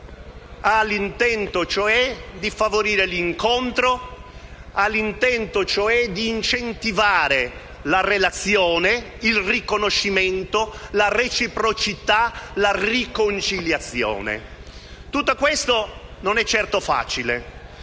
ha l'intento, cioè, di favorire l'incontro, di incentivare la relazione, il riconoscimento, la reciprocità, la riconciliazione. Tutto questo non è certo facile;